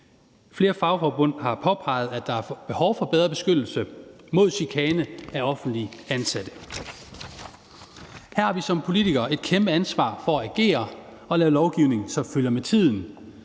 Flere fagforbund har påpeget, at der er behov for bedre beskyttelse mod chikane af offentligt ansatte. Her har vi som politikere et kæmpe ansvar for at agere og lave lovgivning, som følger med tiden,